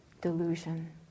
delusion